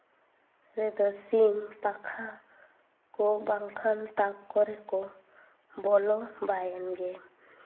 ᱨᱮᱫᱚ ᱥᱤᱢ ᱯᱟᱠᱷᱟ ᱠᱚ ᱵᱟᱝᱠᱷᱟᱱ ᱛᱟᱠ ᱠᱚᱨᱮᱠᱚ ᱵᱚᱞᱚ ᱵᱟᱭᱮᱱ ᱜᱮ